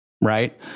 right